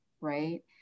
right